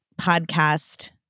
podcast